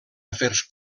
afers